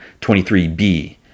23B